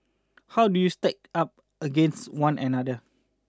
how do they stack up against one another